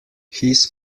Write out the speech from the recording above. his